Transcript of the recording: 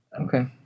Okay